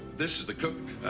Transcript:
this is the cook,